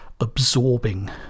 absorbing